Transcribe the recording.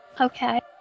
Okay